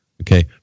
Okay